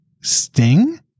Sting